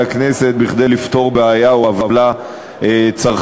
הכנסת כדי לפתור בעיה או עוולה צרכנית,